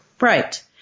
Right